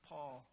Paul